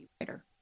writer